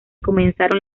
comenzaron